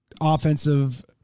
offensive